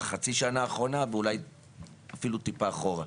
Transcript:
ובחצי שנה האחרונה ואפילו טיפה אחורה,